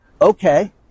Okay